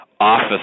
office